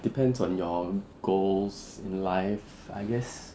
depends on your goals in life I guess